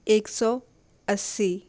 एक सौ अस्सी